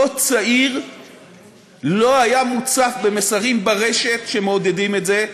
צעיר לא היה מוצף במסרים ברשת שמעודדים את זה,